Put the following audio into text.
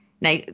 Now